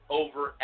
over